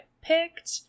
picked